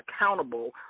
accountable